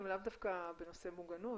לאו דווקא בנושא מוגנות.